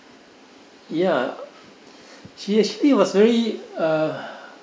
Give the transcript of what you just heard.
ya she actually was very uh